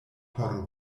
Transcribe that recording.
por